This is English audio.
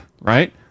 right